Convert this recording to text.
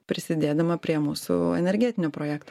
prisidėdama prie mūsų energetinio projekto